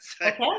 Okay